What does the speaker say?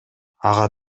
ага